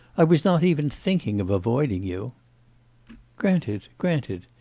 i was not even thinking of avoiding you granted, granted.